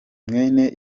mwene